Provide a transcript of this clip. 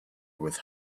with